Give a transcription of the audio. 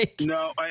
No